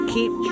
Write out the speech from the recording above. Keep